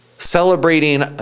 celebrating